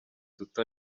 duto